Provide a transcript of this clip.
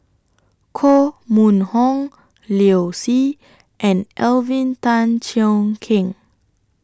Koh Mun Hong Liu Si and Alvin Tan Cheong Kheng